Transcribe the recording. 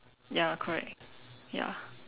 ya correct ya